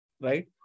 Right